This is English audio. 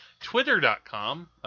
Twitter.com